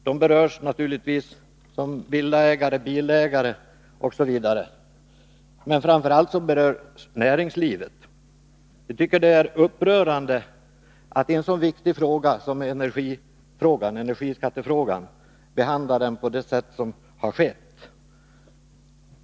De berörs naturligtvis som villaägare, bilägare osv., men framför allt berörs näringslivet. Jag tycker det är upprörande att behandla en så viktig fråga som energiskattefrågan på det sätt som har skett.